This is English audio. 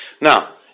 Now